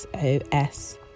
SOS